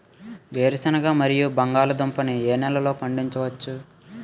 వేరుసెనగ మరియు బంగాళదుంప ని ఏ నెలలో పండించ వచ్చు?